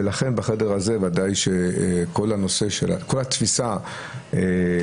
ולכן בחדר הזה ודאי שכל התפיסה הבריאותית